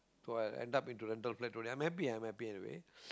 so I end up into a rental flat I'm happy I'm happy anyway